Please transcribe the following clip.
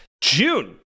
June